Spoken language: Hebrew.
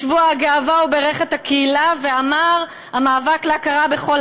בשבוע הגאווה הוא בירך את הקהילה ואמר: "המאבק להכרה בכל